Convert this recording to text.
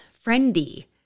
friendly